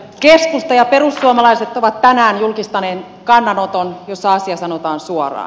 keskusta ja perussuomalaiset ovat tänään julkistaneet kannanoton jossa asia sanotaan suoraan